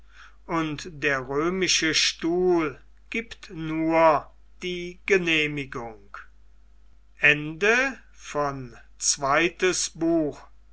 und der römische stuhl gibt nur die genehmigung